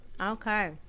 Okay